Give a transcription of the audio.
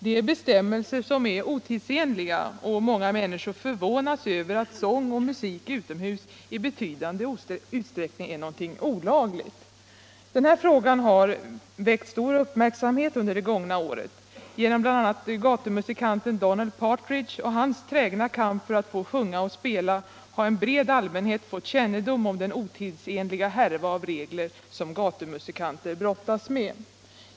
Det är bestämmelser som är otidsenliga, och många människor förvånas över att sång och musik utomhus i betydande utsträckning är något olagligt. Den här frågan har väckt stor uppmärksamhet under det gångna året. Genom bl.a. gatumusikanten Donald Partridge och hans trägna kamp för att få sjunga och spela har en bred allmänhet fått kännedom om den otidsenliga härva av regler som gatumusikanter brottas med.